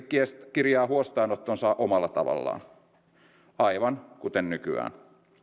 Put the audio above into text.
kirjaa huostaanottonsa omalla tavallaan aivan kuten nykyään